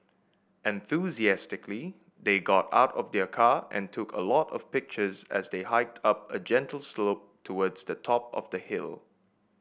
enthusiastically they got out of their car and took a lot of pictures as they hiked up a gentle slope towards the top of the hill